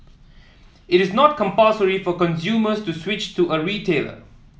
it is not compulsory for consumers to switch to a retailer